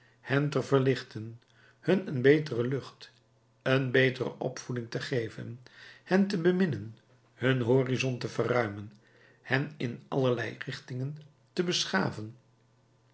hen te verlichten hun een betere lucht een betere opvoeding te geven hen te beminnen hun horizon te verruimen hen in allerlei richtingen te beschaven